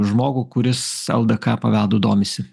žmogų kuris ldk paveldu domisi